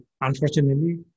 unfortunately